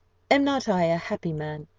am not i a happy man,